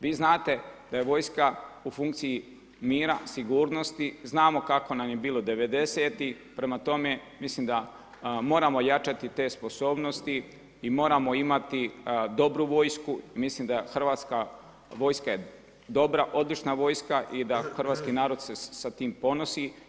Vi znate da je vojska u funkciji mira, sigurnosti, znamo kako nam je bilo devedesetih, prema tome mislim da moramo ojačati te sposobnosti i moramo imati dobru vojsku i mislim da Hrvatska vojska je dobra, odlična vojska i da hrvatski narod se sa tim ponosi.